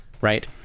right